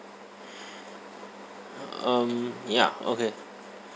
um ya okay